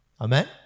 Amen